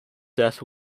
death